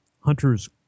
Hunter's